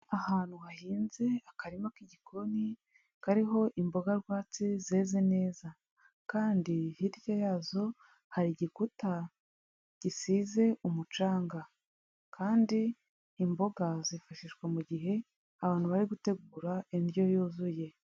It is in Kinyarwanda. Ahantu hahinze akarima k'igikoni kariho imboga rwatsi zeze neza kandi hirya yazo hari igikuta gisize umucanga kandi imboga zifashishwa mu gihe abantu bari gutegura indyo yuzuye.